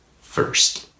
first